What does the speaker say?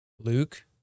Luke